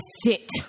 sit